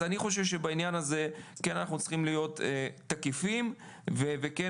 אני חושב שבעניין הזה אנחנו צריכים להיות תקיפים וכן